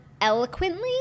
eloquently